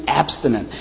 abstinent